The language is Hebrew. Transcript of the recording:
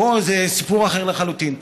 פה זה סיפור אחר לחלוטין.